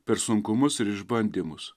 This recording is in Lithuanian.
per sunkumus ir išbandymus